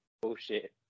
Bullshit